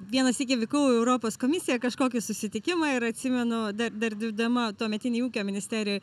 vieną sykį vykau į europos komisiją kažkokį susitikimą ir atsimenu dar dirbdama tuometinėj ūkio ministerijoj